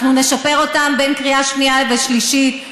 אנחנו נשפר אותם עד קריאה שנייה ושלישית,